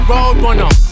Roadrunner